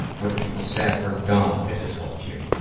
what have people said or done that has helped you?